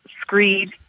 screed